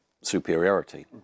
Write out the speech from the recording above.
superiority